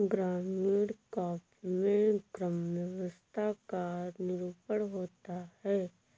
ग्रामीण काव्य में ग्राम्य व्यवस्था का निरूपण होता है